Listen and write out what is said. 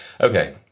Okay